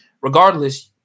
regardless